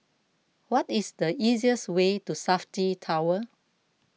what is the easiest way to Safti Tower